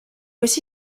aussi